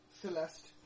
Celeste